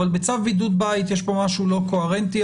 אבל בצו בידוד בית יש פה משהו לא קוהרנטי.